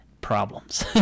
problems